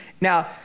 Now